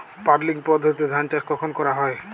Puddling পদ্ধতিতে ধান চাষ কখন করা হয়?